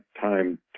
time